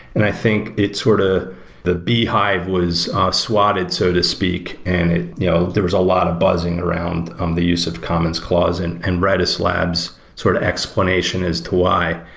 and i think it's sort of ah the beehive was swatted, so to speak, and you know there was a lot of buzzing around um the use of commons clause, and and redis labs sort of explanation as to why.